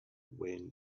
when